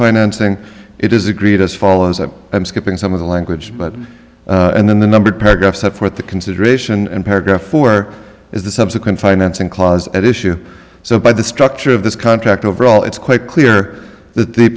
financing it is agreed as follows that i'm skipping some of the language but and then the number of paragraphs up for the consideration and paragraph four is the subsequent financing clause at issue so by the structure of this contract overall it's quite clear that the